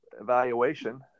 evaluation